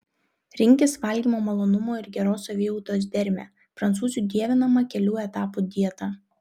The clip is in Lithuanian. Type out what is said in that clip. rinkis valgymo malonumo ir geros savijautos dermę prancūzių dievinamą kelių etapų dietą